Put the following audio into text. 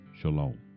Shalom